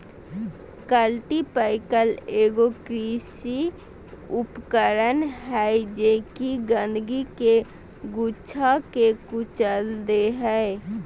cultipacker एगो कृषि उपकरण हइ जे कि गंदगी के गुच्छा के कुचल दे हइ